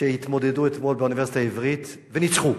שהתמודדו אתמול באוניברסיטה העברית וניצחו.